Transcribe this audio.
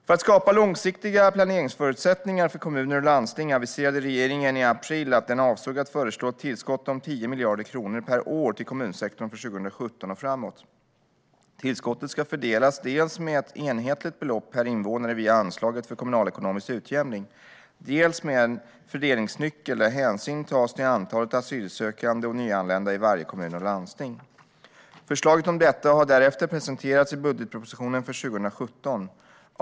För att skapa långsiktiga planeringsförutsättningar för kommuner och landsting aviserade regeringen i april att den avsåg att föreslå ett tillskott om 10 miljarder kronor per år till kommunsektorn för 2017 och framåt. Tillskottet ska fördelas dels med ett enhetligt belopp per invånare via anslaget för kommunalekonomisk utjämning, dels med en fördelningsnyckel där hänsyn tas till antalet asylsökande och nyanlända i varje kommun och landsting. Förslag om detta har därefter presenterats i budgetpropositionen för 2017.